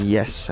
Yes